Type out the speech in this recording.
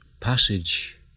passage